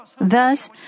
Thus